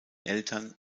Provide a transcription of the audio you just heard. eltern